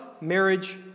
marriage